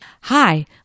Hi